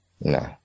no